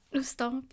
Stop